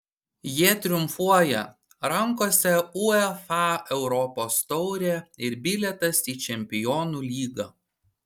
jie triumfuoja rankose uefa europos taurė ir bilietas į čempionų lygą